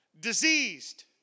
diseased